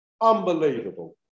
Unbelievable